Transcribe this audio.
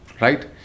right